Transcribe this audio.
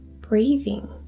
breathing